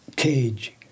cage